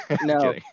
No